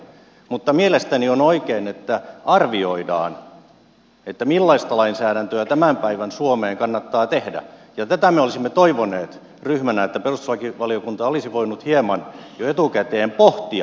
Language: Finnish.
mutta mielestäni on oikein että arvioidaan että millaista lainsäädäntöä tämän päivän suomeen kannattaa tehdä ja tätä me olisimme toivoneet ryhmänä että perustuslakivaliokunta olisi voinut hieman jo etukäteen pohtia